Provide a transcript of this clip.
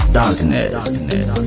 Darkness